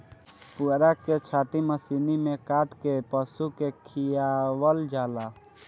पुअरा के छाटी मशीनी में काट के पशु के खियावल जाला